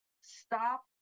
stop